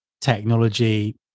technology